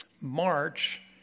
March